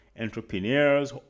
entrepreneurs